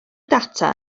data